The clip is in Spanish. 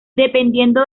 dependiendo